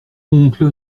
oncle